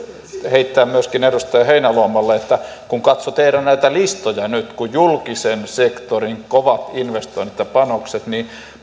heittää myöskin edustaja heinäluomalle että kun katsoi näitä teidän listojanne nyt julkisen sektorin kovia investointeja ja panoksia niin